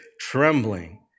trembling